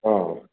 हाँ